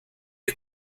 die